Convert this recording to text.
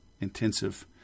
intensive